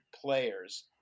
players